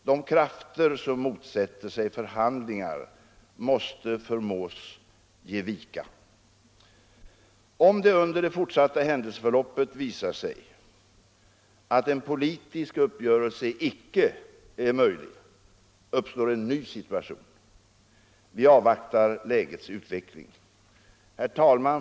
De krafter som motsätter sig förhandlingar måste förmås ge vika. Om det under det fortsatta händelseförloppet visar sig att en politisk uppgörelse icke är möjlig uppstår en ny situation. Vi avvaktar lägets utveckling. Herr talman!